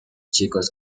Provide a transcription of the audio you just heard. chicos